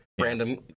random